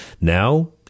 now